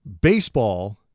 Baseball